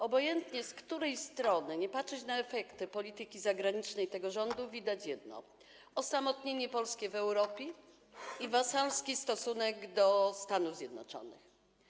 Obojętnie z której strony patrzeć na efekty polityki zagranicznej tego rządu, widać jedno: osamotnienie Polski w Europie i wasalski stosunek do Stanów Zjednoczonych.